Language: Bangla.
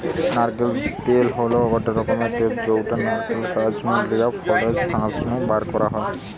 নারকেল তেল হল গটে রকমের তেল যউটা নারকেল গাছ নু লিয়া ফলের শাঁস নু বারকরা হয়